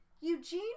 Eugene